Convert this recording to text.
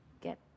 get